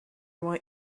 want